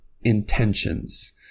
intentions